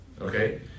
Okay